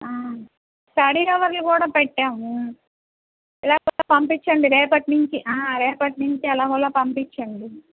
study అవర్లు కూడా పెట్టాము లేకపోతే పంపిచండి రేపట్నించి రేపట్నించి ఎలాగోలా పంపిచండి